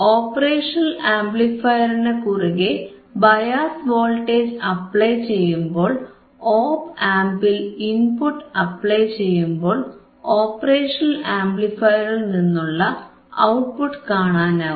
operational ആംപ്ലിഫയറിനു കുറുകെ bias voltage apply ചെയ്യുമ്പോൾ ഓപ് ആംപിൽ ഇൻപുട്ട് അപ്ലൈ ചെയ്യുമ്പോൾ ഓപ്പറേഷണൽ ആംപ്ലിഫയറിൽ നിന്നുള്ള ഔട്ട്പുട്ട് കാണാനാവും